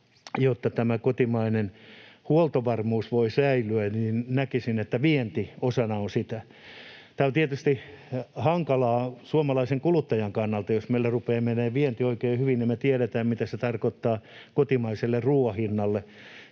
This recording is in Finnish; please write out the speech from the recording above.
jotta kotimainen huoltovarmuus voi säilyä? Näkisin, että vienti on osana sitä. Tämä on tietysti hankalaa suomalaisen kuluttajan kannalta. Jos meillä rupeaa menemään vienti oikein hyvin, niin me tiedetään, mitä se tarkoittaa kotimaiselle ruuan hinnalle.